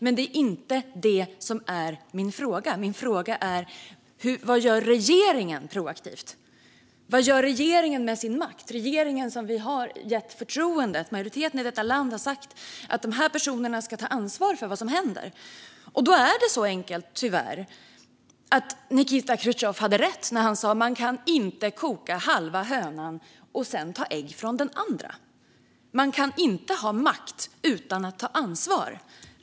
Men det är inte detta som är min fråga, utan min fråga är vad regeringen gör proaktivt. Vad gör regeringen med sin makt? Vad gör den regering som vi har gett förtroende? Majoriteten i detta land har sagt att dessa personer ska ta ansvar för vad som händer. Det är tyvärr så enkelt att Nikita Chrusjtjov hade rätt när han sa att man inte kan koka halva hönan och sedan ta ägg från den andra halvan. Man kan inte ha makt utan att ta ansvar.